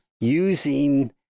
using